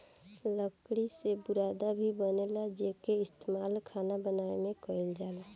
लकड़ी से बुरादा भी बनेला जेइके इस्तमाल खाना बनावे में कईल जाला